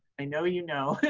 i know you know,